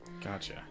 Gotcha